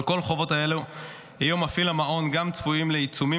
על כל החובות האלו יהיו מפעילי המעון גם צפויים לעיצומים